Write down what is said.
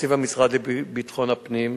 בתקציב המשרד לביטחון הפנים.